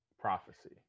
prophecy